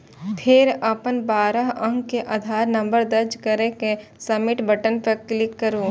फेर अपन बारह अंक के आधार नंबर दर्ज कैर के सबमिट बटन पर क्लिक करू